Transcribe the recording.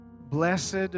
Blessed